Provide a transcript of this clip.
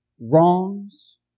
wrongs